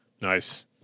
nice